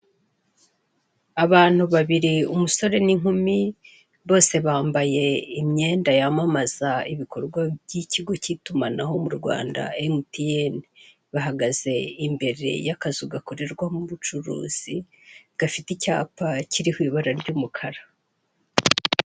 Abantu babiri, umusore n'inkumi bose bambaye imyenda yamamaza ibikorwa by'ikigo cy'itumanaho mu Rwanda MTN. Bahagaze imbere y'akazu gakorerwamo ubucuruzi, gafite icyapa kiriho ibara ry'umukara.